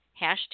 hashtag